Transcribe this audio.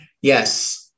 Yes